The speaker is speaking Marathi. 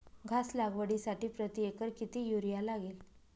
घास लागवडीसाठी प्रति एकर किती युरिया लागेल?